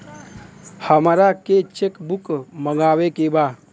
हमारा के cheque book मगावे के बा?